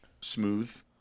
smooth